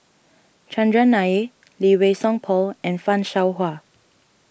Chandran Nair Lee Wei Song Paul and Fan Shao Hua